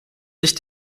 sich